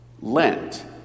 Lent